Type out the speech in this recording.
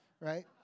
right